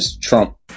Trump